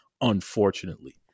unfortunately